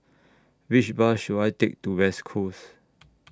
Which Bus should I Take to West Coast